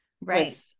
Right